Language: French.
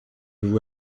vous